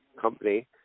company